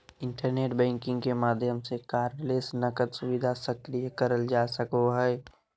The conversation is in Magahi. इंटरनेट बैंकिंग के माध्यम से कार्डलेस नकद सुविधा सक्रिय करल जा सको हय